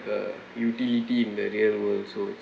the utility in the real world so